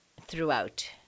Throughout